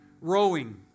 rowing